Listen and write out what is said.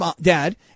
dad